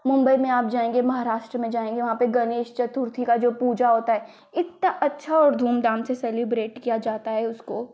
मुम्बई में आप जाएँगे महाराष्ट्र में आप जाएँगे वहाँ पर गणेश चतुर्थी की जो पूजा होती है इतने अच्छे और धूमधाम से सेलिब्रेट किया जाता है उसको